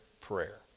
prayer